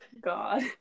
god